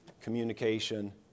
communication